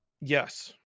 Yes